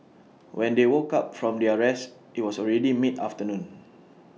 when they woke up from their rest IT was already mid afternoon